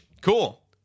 cool